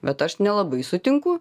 bet aš nelabai sutinku